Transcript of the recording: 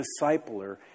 discipler